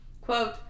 quote